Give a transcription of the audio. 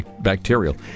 bacterial